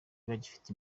bagifite